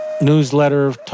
newsletter